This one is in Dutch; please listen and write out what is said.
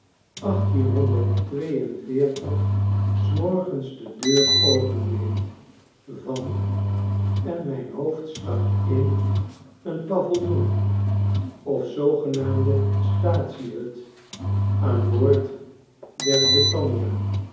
en veertig s morgens de deur opendeed van en mijn hoofd stak in een paviljoen of zoogenaamde staatsie hut aan boord der